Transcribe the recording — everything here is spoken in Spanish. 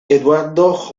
eduardo